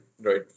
right